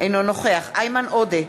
אינו נוכח איימן עודה,